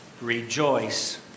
Rejoice